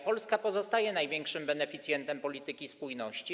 Polska pozostaje największym beneficjentem polityki spójności.